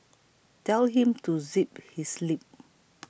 tell him to zip his lip